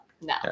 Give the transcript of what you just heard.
no